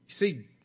See